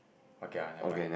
okay ah never mind